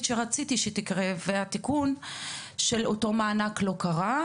שרציתי שתקרה והתיקון של אותו מענק לא קרה,